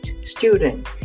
student